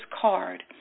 card